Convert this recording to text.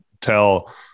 tell